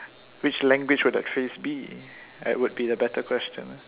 which language would that phrase be that would be a better question